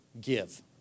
give